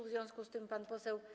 W związku z tym pan poseł.